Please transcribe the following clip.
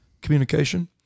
communication